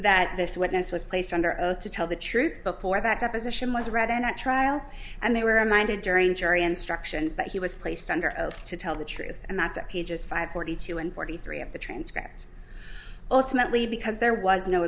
that this witness was placed under oath to tell the truth before that deposition was rather not trial and they were reminded during jury instructions that he was placed under oath to tell the truth and that's at pages five forty two and forty three of the transcripts ultimately because there was no